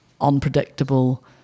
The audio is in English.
unpredictable